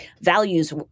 values